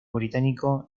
británico